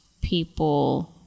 people